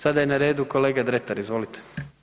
Sada je na redu kolega Dretar, izvolite.